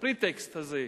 ה-pretext הזה,